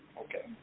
Okay